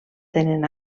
tenen